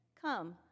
Come